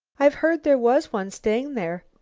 i've heard there was one staying there.